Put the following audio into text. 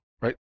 right